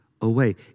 away